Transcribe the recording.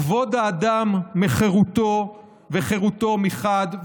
כבוד האדם מחירותו וחירותו מחד גיסא,